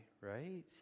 right